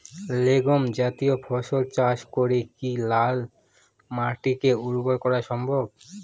Legume জাতীয় ফসল চাষ করে কি লাল মাটিকে উর্বর করা সম্ভব?